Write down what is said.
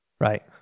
right